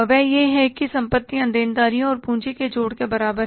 वह यह है कि संपत्तियां देनदारियों और पूँजी के जोड़ के बराबर है